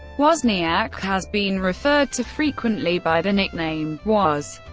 wozniak has been referred to frequently by the nickname woz,